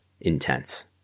intense